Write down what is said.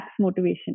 motivation